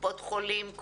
קופות חולים,